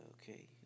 Okay